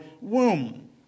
womb